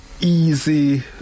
easy